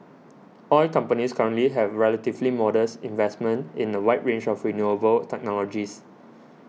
oil companies currently have relatively modest investments in a wide range of renewable technologies